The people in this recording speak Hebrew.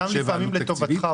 זה גם לפעמים לטובתך,